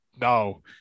no